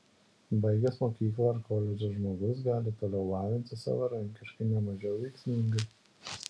baigęs mokyklą ar koledžą žmogus gali toliau lavintis savarankiškai ne mažiau veiksmingai